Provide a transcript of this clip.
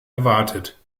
erwartet